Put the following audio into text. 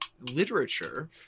literature